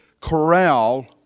corral